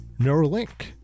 Neuralink